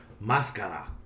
Mascara